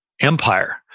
empire